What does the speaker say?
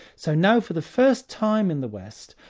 so now for the first time in the west,